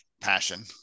passion